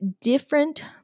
different